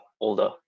older